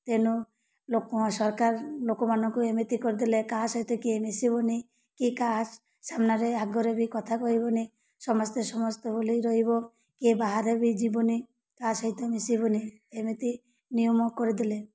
ତେଣୁ ଲୋକ ସରକାର ଲୋକମାନଙ୍କୁ ଏମିତି କରିଦେଲେ କାହା ସହିତ କିଏ ମିଶିବୁନି କିଏ କାହା ସାମ୍ନାରେ ଆଗରେ ବି କଥା କହିବୁନି ସମସ୍ତେ ସମସ୍ତେ ବୋଲି ରହିବ କିଏ ବାହାରେ ବି ଯିବୁନି କାହା ସହିତ ମିଶିବୁନି ଏମିତି ନିୟମ କରିଦେଲେ